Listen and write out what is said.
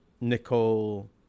Nicole